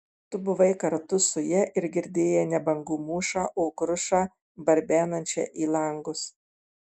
tu buvai kartu su ja ir girdėjai ne bangų mūšą o krušą barbenančią į langus